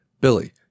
Billy